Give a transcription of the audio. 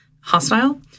hostile